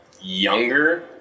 younger